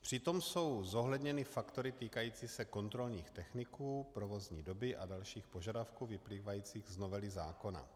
Přitom jsou zohledněny faktory týkající se kontrolních techniků, provozní doby a dalších požadavků vyplývajících z novely zákona.